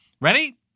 Ready